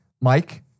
Mike